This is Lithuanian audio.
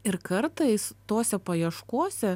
ir kartais tose paieškose